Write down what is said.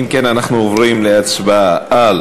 אם כן, אנחנו עוברים להצבעה על